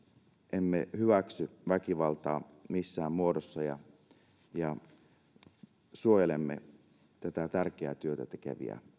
emme hyväksy väkivaltaa missään muodossa ja ja suojelemme tätä tärkeää työtä tekeviä